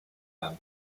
nam